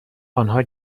آنها